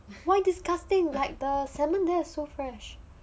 why disgusting like the salmon there so fresh